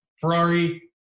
Ferrari